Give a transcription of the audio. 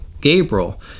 gabriel